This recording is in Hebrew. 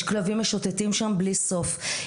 יש שם כלבים משוטטים בלי סוף,